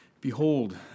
Behold